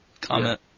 comment